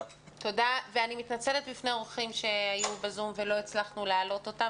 אני מתנצלת בפני האורחים שהיו בזום ולא הצלחנו להעלות אותם,